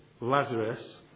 Lazarus